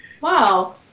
wow